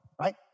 right